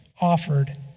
offered